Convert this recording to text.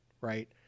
right